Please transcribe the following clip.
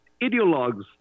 ideologues